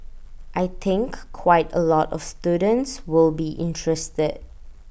I think quite A lot of students will be interested